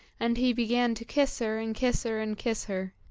and he began to kiss her, and kiss her, and kiss her.